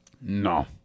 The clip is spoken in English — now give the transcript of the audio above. No